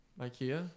Ikea